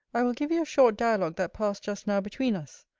i will give you a short dialogue that passed just now between us.